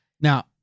now